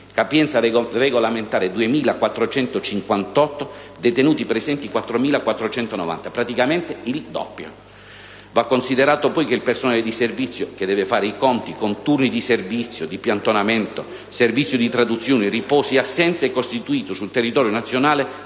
capienza regolamentare 2.458, detenuti presenti 4.490, praticamente il doppio. Va considerato poi che il personale di servizio, che deve fare i conti con turni di servizio, piantonamento, servizio di traduzione, riposi e assenze, è costituito sul territorio nazionale